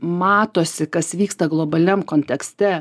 matosi kas vyksta globaliam kontekste